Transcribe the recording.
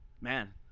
Man